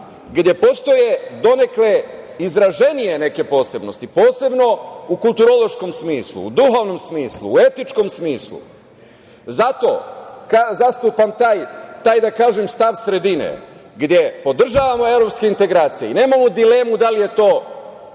gde postoje donekle izraženije neke posebnosti, posebno u kulturološkom smislu, u duhovnom smislu, u etičkom smislu. Zato zastupam taj, da kažem, stav sredine, gde podržavamo evropske integracije i nemamo dilemu da li je to